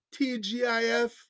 TGIF